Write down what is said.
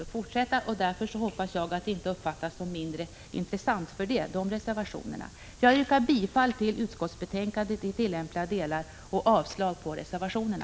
Jag hoppas att de reservationer som jag inte kommenterat inte uppfattas som mindre intressanta för det. Jag yrkar bifall till utskottets hemställan i tillämpliga delar och avslag på reservationerna.